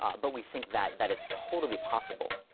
but we think that that is totally possible,